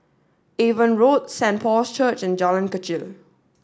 Avon Road Saint Paul's Church and Jalan Kechil